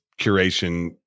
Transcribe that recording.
curation